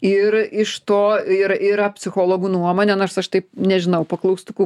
ir iš to yra yra psichologų nuomonė nors aš taip nežinau po klaustuku